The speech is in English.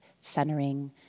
Centering